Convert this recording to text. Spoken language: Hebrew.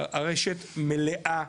הרשת מלאה,